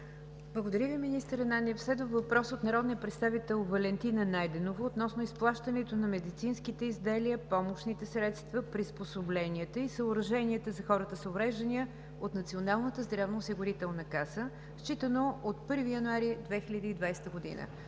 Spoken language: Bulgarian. Благодаря Ви, министър Ананиев. Следва въпрос от народния представител Валентина Найденова относно изплащането на медицинските изделия, помощните средства, приспособленията и съоръженията за хората с увреждания от Националната здравноосигурителна каса, считано от 1 януари 2020 г.